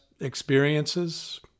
experiences